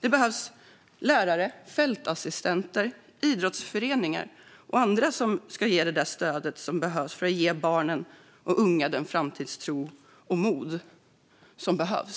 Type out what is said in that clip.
Det behövs lärare, fältassistenter, idrottsföreningar och andra som kan ge det stöd som behövs för att ge barn och unga den framtidstro och det mod de behöver